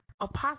Apostle